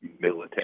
military